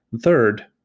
third